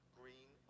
green